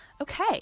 Okay